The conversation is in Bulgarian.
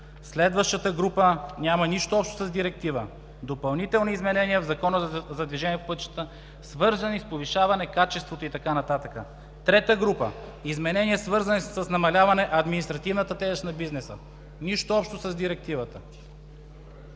Следващата група няма нищо общо с Директива – допълнителни изменения в Закона за движението по пътищата, свързани с повишаване качеството и така нататък. Трета група: изменения, свързани с намаляване административната тежест на бизнеса – нищо общо с Директивата.